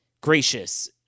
gracious